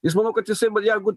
jis manau kad jisai va jeigu